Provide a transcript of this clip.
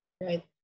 right